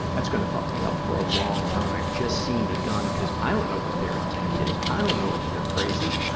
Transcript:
that's gonna fuck me up for a long time, just seeing a gun. cuz i don't know what their intent it. i don't know if they're crazy. i,